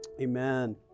amen